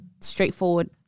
straightforward